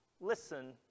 Listen